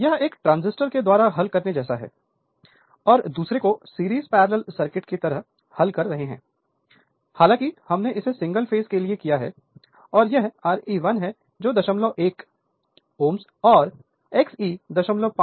यह एक ट्रांजिस्टर के द्वारा हल करने जैसा है और दूसरे को सीरीज पैरेलल सर्किट की तरह हल कर रहे है हालांकि हमने इसे सिंगल फेस के लिए किया है और यह Re1 है जो 01 Ω और